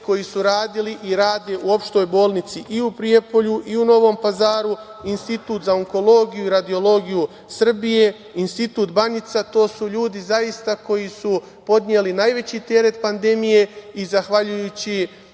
koji su radili i rade u opštoj bolnici i u Prijepolju i u Novom Pazaru, Institut za onkologiju i radiologiju Srbije, Institut Banjica. To su ljudi zaista koji su podneli najveći teret pandemije i zahvaljujući